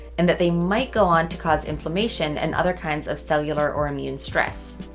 and that they might go on to cause inflammation and other kinds of cellular or immune stress.